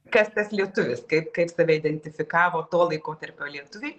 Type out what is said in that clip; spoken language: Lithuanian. kas tas lietuvis kaip kaip save identifikavo to laikotarpio lietuviai